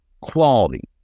Quality